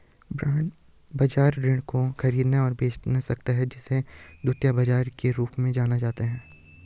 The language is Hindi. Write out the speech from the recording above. बांड बाजार ऋण को खरीद और बेच सकता है जिसे द्वितीयक बाजार के रूप में जाना जाता है